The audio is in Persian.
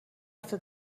هفته